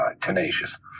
tenacious